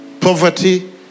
poverty